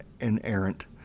inerrant